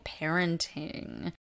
parenting